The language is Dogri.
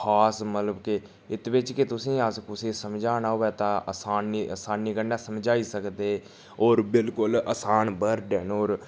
खास मतलब के एह्दे बिच्च गै तुसेंगी अस कुसै समझाना होऐ तां असानी असानी कन्नै समझाई सकदे होर बिल्कुल असान वर्ड न होर